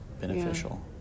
Beneficial